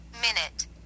minute